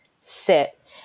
sit